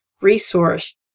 resource